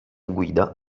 guida